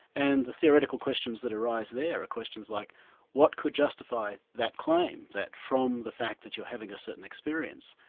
and the theoretical questions that arise there, are questions like what could justify that claim that from the fact that you're having a certain experience,